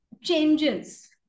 changes